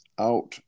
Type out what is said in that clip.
out